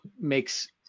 makes